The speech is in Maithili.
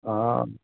हँ